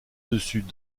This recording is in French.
dessus